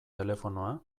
telefonoa